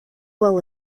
well